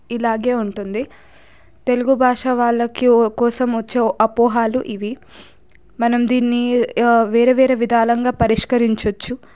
ఇలాగే ఉంటుంది తెలుగు భాష వాళ్ళ కోసం వచ్చే అపోహలు ఇవి మనం దీన్ని వేరే వేరే విధంగా పరిష్కరించవచ్చు